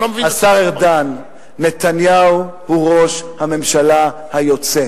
השר ארדן, נתניהו הוא ראש הממשלה היוצא.